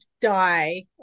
die